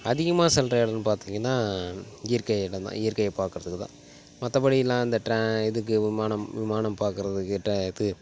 அதிகமாக செல்லுற இடனு பார்த்திங்கன்னா இயற்கை இடம் தான் இயற்கையை பார்க்குறதுக்குதான் மற்றபடி எல்லாம் இந்த டிரா இதுக்கு விமானம் விமானம் பார்க்கறதுக்கு இது